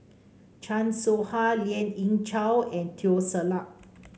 Chan Soh Ha Lien Ying Chow and Teo Ser Luck